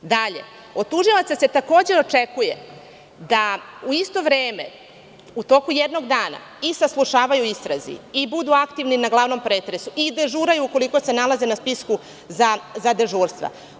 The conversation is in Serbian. Od tužilaca se takođe očekuje da u isto vreme, u toku jednog dana, i saslušavaju u istrazi i budu aktivni na glavnom pretresu i dežuraju ukoliko se nalaze na spisku za dežurstva.